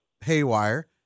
haywire